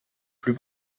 plus